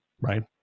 right